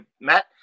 Matt